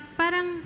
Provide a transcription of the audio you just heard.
parang